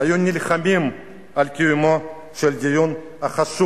היו נלחמים על קיומו של הדיון החשוב